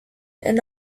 and